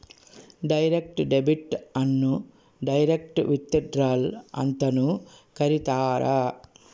direct debit ಅನ್ನು direct withdrawal ಅಂತನೂ ಕರೀತಾರ